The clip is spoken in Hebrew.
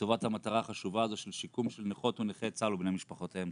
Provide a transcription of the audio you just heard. לטובת המטרה החשובה הזו של שיקום של נכות ונכי צה"ל ובני משפחותיהם.